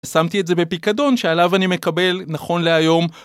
שמתי את זה בפיקדון שעליו אני מקבל נכון להיום.